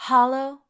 Hollow